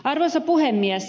arvoisa puhemies